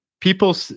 people